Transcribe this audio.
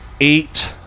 eight